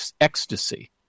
ecstasy